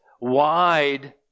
wide